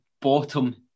bottom